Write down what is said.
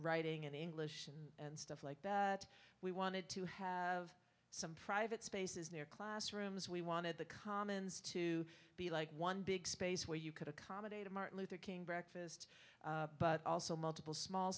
writing in english and stuff like that we wanted to have some private spaces near classrooms we wanted the commons to be like one big space where you could accommodate a martin luther king breakfast but also multiple small